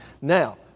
Now